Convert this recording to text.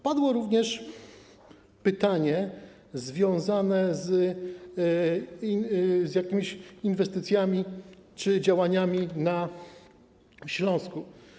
Padło również pytanie związane z jakimiś inwestycjami czy działaniami na Śląsku.